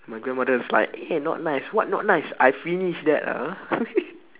my grandmother was like eh not nice what not nice I finish that ah